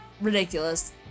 ridiculous